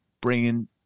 bringing